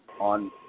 on